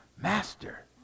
master